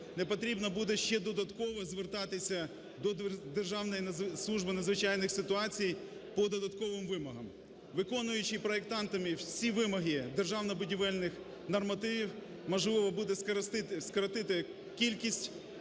не потрібно буде ще додатково звертатися до Державної служби надзвичайних ситуацій по додатковим вимогам. Виконуючи проектантами всі вимоги державно-будівельних нормативів, можливо буде скоротити кількість